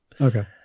okay